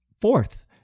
fourth